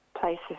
places